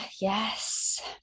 Yes